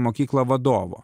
mokykla vadovo